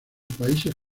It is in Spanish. países